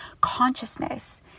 consciousness